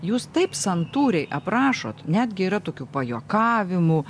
jūs taip santūriai aprašot netgi yra tokių pajuokavimų